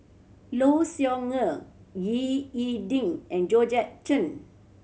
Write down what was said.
Low Siew Nghee Ying E Ding and Georgette Chen